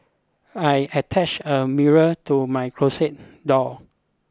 I attached a mirror to my closet door